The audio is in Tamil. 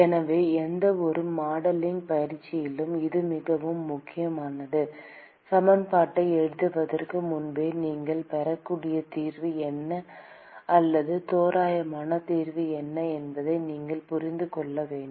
எனவே எந்தவொரு மாடலிங் பயிற்சியிலும் இது மிகவும் முக்கியமானது சமன்பாட்டை எழுதுவதற்கு முன்பே நீங்கள் பெறக்கூடிய தீர்வு என்ன அல்லது தோராயமான தீர்வு என்ன என்பதை நீங்கள் புரிந்து கொள்ள வேண்டும்